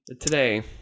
today